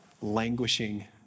languishing